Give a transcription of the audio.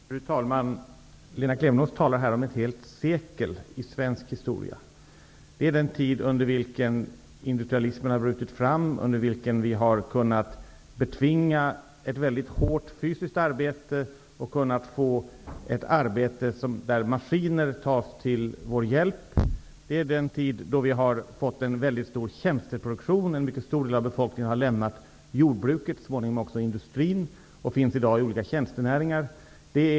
Fru talman! Lena Klevenås talar om ett helt sekel i svensk histoira. Det är den tid under vilken industrialismen har brutit fram, under vilken vi har kunnat betvinga ett väldigt hårt fysiskt arbete och kunnat få ett arbete där maskiner tas till vår hjälp. Det är den tid då vi har fått en stor tjänsteproduktion. En mycket stor del av befolkningen har lämnat jordbruket och så småningom också industrin. De finns i dag inom olika tjänstenäringar.